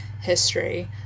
history